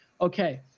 okay